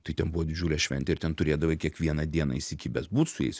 tai ten buvo didžiulė šventė ir ten turėdavai kiekvieną dieną įsikibęs būt su jais